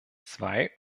zwei